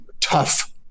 tough